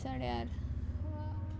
सड्यार